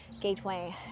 gateway